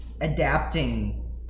adapting